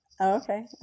Okay